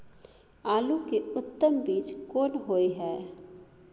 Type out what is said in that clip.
आलू के उत्तम बीज कोन होय है?